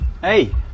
Hey